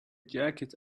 jacket